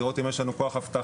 לראות אם יש לנו כוח אבטחה,